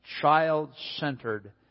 child-centered